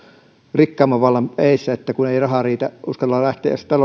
rikkaamman vallan edessä niin että kun ei raha riitä ei edes uskalla lähteä taloudellisista